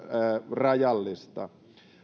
rajallista